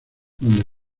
donde